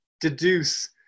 deduce